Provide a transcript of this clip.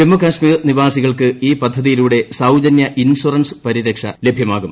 ജമ്മുകശ്മീർ നിവാസികൾക്ക് ഈ പദ്ധതിയിലൂടെ സൌജന്യ ഇൻഷറൻസ് പരിരക്ഷ ലഭ്യമാകും